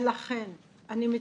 ולכן אני מתחננת,